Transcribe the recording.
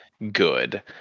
good